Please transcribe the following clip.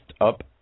up